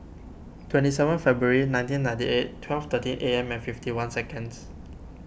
twenty seven February nineteen ninety eight twelve thirteen A M and fifty one seconds